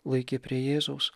laikė prie jėzaus